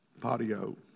Patio